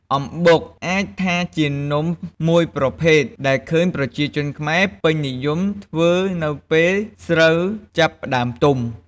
អំបុក អាចថាជានំមួយប្រភេទដែលឃើញប្រជាជនខ្មែរពេញនិយមធ្វើរនៅពេលស្រូវចាប់ផ្ដើមទុំ។